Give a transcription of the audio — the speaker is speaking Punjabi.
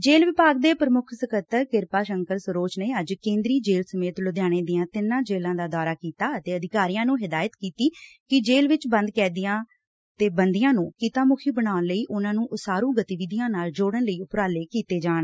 ਜੇਲ਼ ਵਿਭਾਗ ਦੇ ਪ੍ਰਮੁੱਖ ਸਕੱਤਰ ਕਿਰਪਾ ਸ਼ੰਕਰ ਸਰੋਜ ਨੇ ਅੱਜ ਕੇਂਦਰੀ ਜੇਲ਼ ਸਮੇਤ ਲੁਧਿਆਣੇ ਦੀਆਂ ਤਿੰਨਾਂ ਜੇਲਾਂ ਦਾ ਦੌਰਾ ਕੀਤਾ ਅਤੇ ਅਧਿਕਾਰੀਆਂ ਨੂੰ ਹਦਾਇਤ ਕੀਤੀ ਕਿ ਜੇਲੁ ਵਿਚ ਬੰਦ ਕੈਦੀਆਂ ਤੇ ਬੰਦੀਆਂ ਨੂੰ ਕਿੱਤਾ ਮੁਖੀ ਬਣਾਉਣ ਅਤੇ ਉਨਾਂ ਨੂੰ ਉਸਾਰੁ ਗਤੀਵਿਧੀਆਂ ਨਾਲ ਜੋੜਨ ਲਈ ਉਪਰਾਲੇ ਕੀਤੇ ਜਾਣ